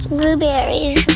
Blueberries